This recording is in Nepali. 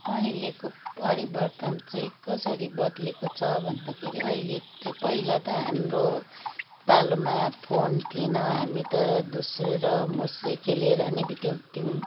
अहिलेको परिवर्तन चाहिँ कसरी बद्लेको छ भन्दाखेरि अहिले चाहिँ पहिला त हाम्रो पालोमा फोन थिएन हामी त धुस्रे र मुस्रे खेलेर नै बिताउँथ्यौँ है